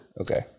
Okay